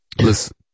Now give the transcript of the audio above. Listen